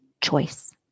choice